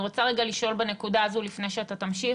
לשאול בנקודה הזו, לפני שתמשיך,